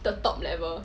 the top level